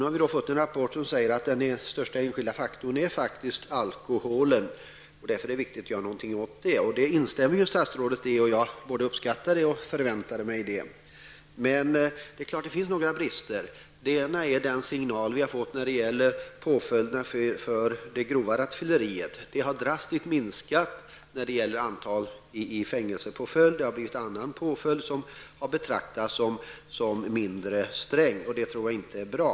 Nu har det kommit en rapport som säger att den största enskilda faktorn är alkoholen, och det är därför viktigt att göra någonting åt det. Statsrådet instämmer i detta, något som jag både uppskattar och förväntade mig. Självfallet finns det brister. En sådan brist är den signal vi fått när det gäller påföljder för grovt rattfylleri. Antalet människor som dömts till fängelsepåföljd för detta brott har drastiskt minskat. Många har dömts till annan påföljd, som betraktats som mindre sträng, och jag tror inte att detta är bra.